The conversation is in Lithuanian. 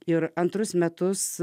ir antrus metus